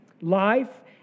Life